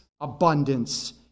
abundance